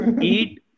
Eat